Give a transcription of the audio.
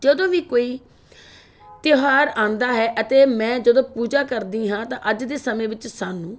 ਜਦੋਂ ਵੀ ਕੋਈ ਤਿਉਹਾਰ ਆਉਂਦਾ ਹੈ ਅਤੇ ਮੈਂ ਜਦੋਂ ਪੂਜਾ ਕਰਦੀ ਹਾਂ ਤਾਂ ਅੱਜ ਦੇ ਸਮੇਂ ਵਿੱਚ ਸਾਨੂੰ